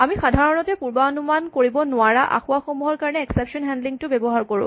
আমি সাধাৰণতে পুৰ্বানুমান কৰিব নোৱাৰা আসোঁৱাহসমূহৰ কাৰণে এক্সেপচন হেন্ডলিং টো ব্যৱহাৰ কৰোঁ